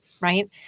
right